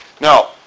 Now